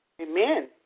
Amen